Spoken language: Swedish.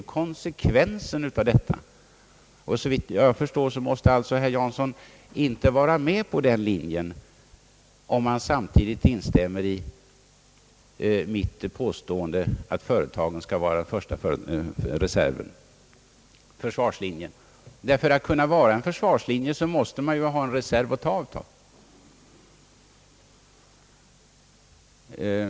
Såvitt jag förstår, kan herr Jansson inte ge det programmet sin anslutning, om han samtidigt instämmer i mitt påstående att företagen skall vara första försvarslinjen. För att kunna upprätthålla en försvarslinje måste man ju ha en reserv att ta av.